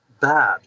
bad